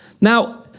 Now